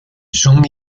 son